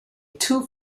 two